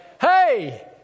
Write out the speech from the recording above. Hey